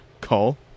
call